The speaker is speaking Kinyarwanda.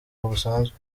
busanzwe